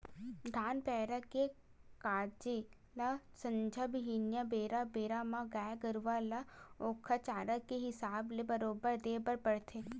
धान पेरा के गांजे ल संझा बिहनियां बेरा बेरा म गाय गरुवा ल ओखर चारा के हिसाब ले बरोबर देय बर परथे